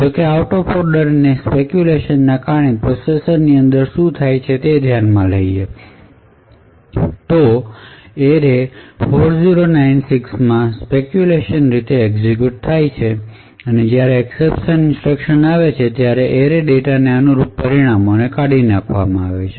જો કે out of order અને સ્પેકયુલેશન ને કારણે પ્રોસેસર ની અંદર શું થાય છે તે ધ્યાનમાં લઈએ તો એરે 4096 માં સ્પેકયુલેશન રીતે એક્ઝિક્યુટ થઈ શકે છે અને જ્યારે એકસેપશન ઇન્સટ્રકશન આવે ત્યારે એરે ડેટાને અનુરૂપ પરિણામોને કા ઢી નાખવામાં આવશે